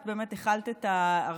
את באמת החלת את ההרחבה,